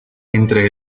entre